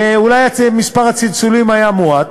ואולי מספר הצלצולים היו מועט,